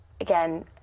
again